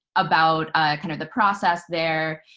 about kind of the process there.